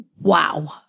Wow